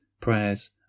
prayers